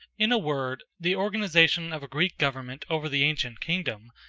in a word, the organization of a greek government over the ancient kingdom,